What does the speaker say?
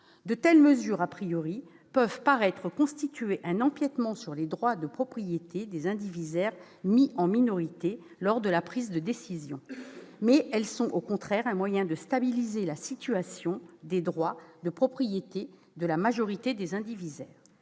De telles mesures,, peuvent paraître constituer un empiètement sur les droits de propriété des indivisaires mis en minorité lors de la prise de décision. Mais elles sont au contraire un moyen de stabiliser la situation des droits de propriété de la majorité des indivisaires.